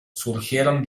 surgieron